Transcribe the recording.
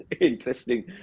interesting